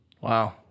Wow